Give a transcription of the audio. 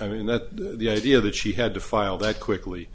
i mean that the idea that she had to file that quickly